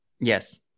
Yes